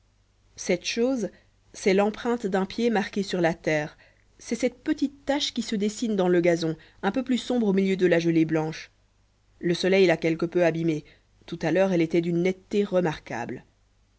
cette chose c'est l'empreinte d'un pied marqué sur la terre c'est cette petite tache qui se dessine dans le gazon un peu plus sombre au milieu de la gelée blanche le soleil l'a quelque peu abîmée tout à l'heure elle était d'une netteté remarquable